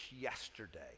yesterday